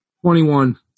Twenty-one